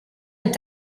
est